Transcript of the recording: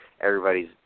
Everybody's